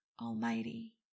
Almighty